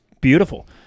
Beautiful